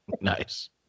nice